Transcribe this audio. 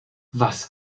was